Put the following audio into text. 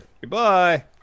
goodbye